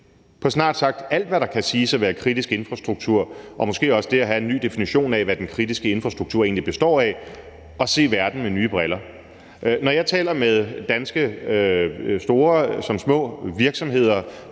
for snart sagt alt, hvad der kan siges at være kritisk infrastruktur – og måske også der have en ny definition af, hvad den kritiske infrastruktur egentlig består af – at se verden med nye briller. Når jeg taler med danske virksomheder,